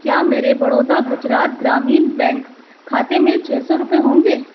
کیا میرے بڑودا گجرات گرامین بینک کھاتے میں چھ سو روپے ہوں گے